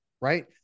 right